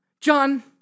John